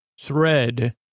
thread